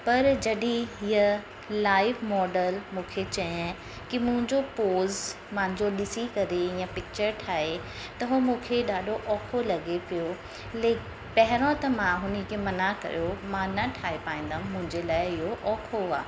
पर जॾहिं हीअ लाइव मॉडल मूंखे चयाईं कि मुंहिंजो पोज़ मुंहिंजो ॾिसी करे ईअं पिच्चर ठाहे त उहो मूंखे ॾाढो औखो लॻे पियो ले पहिरों त मां उन्हीअ खे मना कयो मां न ठाहे पाईंदमि मुंहिंजे लाइ इहो औखो आहे